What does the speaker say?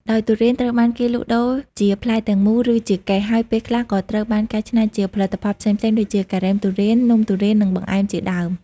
ដោយទុរេនត្រូវបានគេលក់ដូរជា ផ្លែទាំងមូល ឬ ជាកេស ហើយពេលខ្លះក៏ត្រូវបាន កែច្នៃជាផលិតផលផ្សេងៗ ដូចជាការ៉េមទុរេន នំទុរេន និងបង្អែមជាដើម។